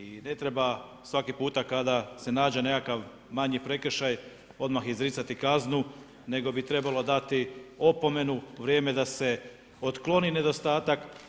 I ne treba svaki puta kada se nađe nekakav manji prekršaj odmah izricati kaznu, nego bi trebalo dati opomenu, vrijeme da se otkloni nedostatak.